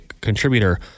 contributor